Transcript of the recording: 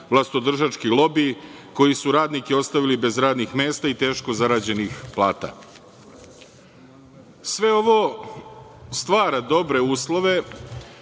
vlastodržački lobi koji su radnike ostavili bez radnih mesta i teško zarađenih plata. Sve ovo stvara dobre uslove